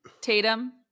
Tatum